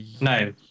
no